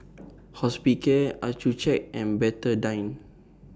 Hospicare Accucheck and Betadine